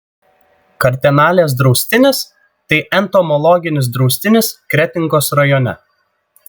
kartenalės draustinis tai entomologinis draustinis kretingos rajone